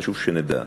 חשוב שנדע: